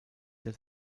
der